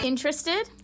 Interested